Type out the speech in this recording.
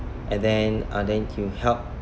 and then uh then you help